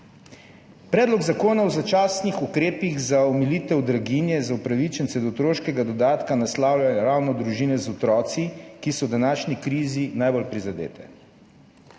Predlog zakona o začasnih ukrepih za omilitev draginje za upravičence do otroškega dodatka naslavljajo ravno družine z otroki, ki so v današnji krizi najbolj prizadete.